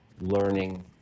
learning